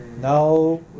No